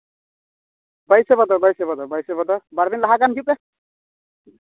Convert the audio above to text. ᱵᱟᱭᱥᱮ ᱵᱷᱟᱫᱚᱨ ᱵᱟᱭᱤᱥᱮ ᱵᱷᱟᱫᱚᱨ ᱵᱟᱨ ᱫᱤᱱ ᱞᱟᱦᱟ ᱜᱟᱱ ᱦᱤᱡᱩᱜ ᱯᱮ